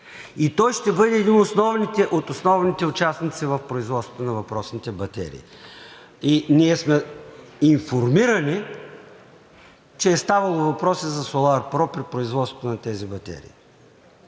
И той ще бъде един от основните участници в производството на въпросните батерии. Ние сме информирани, че е ставало въпрос и за „Соларпро“ при производството на тези батерии.